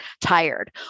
tired